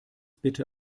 bitte